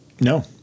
No